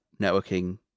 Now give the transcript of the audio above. networking